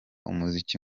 umuziki